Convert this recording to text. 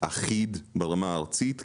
אחיד ברמה הארצית,